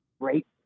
great